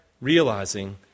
realizing